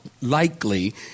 likely